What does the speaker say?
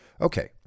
okay